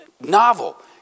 Novel